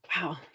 Wow